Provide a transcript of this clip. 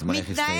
זמנך הסתיים.